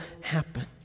happen